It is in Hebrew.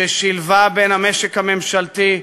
ששילבה בין המשק הממשלתי,